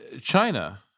China